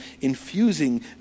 infusing